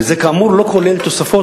וזה כאמור לא כולל תוספות,